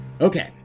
Okay